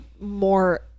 more